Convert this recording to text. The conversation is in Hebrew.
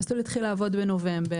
המסלול התחיל לעבוד בנובמבר.